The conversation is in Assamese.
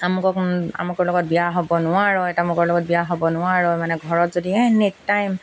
আমুক আমুকৰ লগত বিয়া হ'ব নোৱাৰ তামুকৰ লগত বিয়া হ'ব নোৱাৰ মানে ঘৰত যদি এনি টাইম